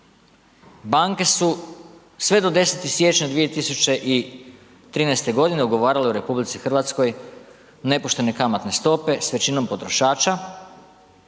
banke su sve do 10. siječnja 2013. godine ugovarale u RH nepoštene kamatne stope s većinom potrošača.